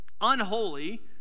unholy